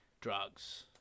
drugs –